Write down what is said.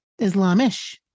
Islamish